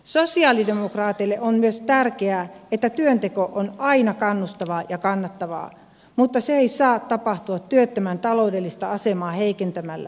sosialidemokraateille on myös tärkeää että työnteko on aina kannustavaa ja kannattavaa mutta se ei saa tapahtua työttömän taloudellista asemaa heikentämällä